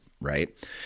right